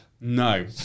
No